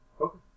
Okay